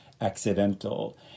accidental